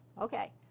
Okay